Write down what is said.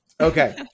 Okay